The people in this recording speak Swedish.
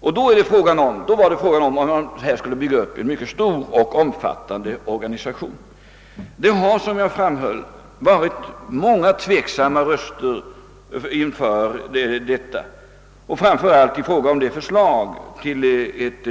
För detta krävs en mycket stor och omfattande organisation. Som jag framhöll har många tveksamma röster höjts inför det förslag till ett